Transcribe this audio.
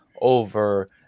over